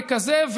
ככזה,